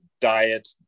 diet